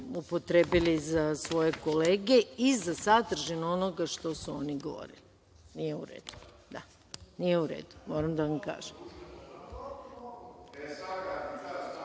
upotrebili za svoje kolege i za sadržinu onoga što su oni govorili. Nije u redu, moram da vam